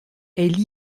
elle